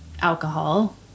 alcohol